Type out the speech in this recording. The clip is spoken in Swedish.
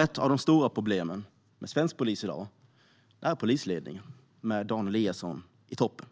Ett av de stora problemen med svensk polis i dag är polisledningen, med Dan Eliasson i toppen.